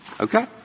Okay